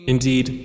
Indeed